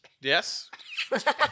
Yes